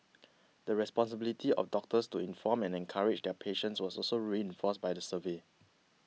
the responsibility of doctors to inform and encourage their patients was also reinforced by the survey